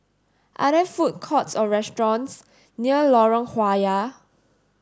are there food courts or restaurants near Lorong Halwa